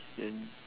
then